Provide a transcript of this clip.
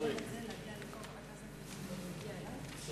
ההצעה להעביר את הצעת חוק הספנות (ימאים) (תיקון מס'